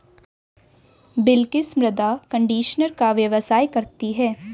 बिलकिश मृदा कंडीशनर का व्यवसाय करती है